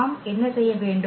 நாம் என்ன செய்ய வேண்டும்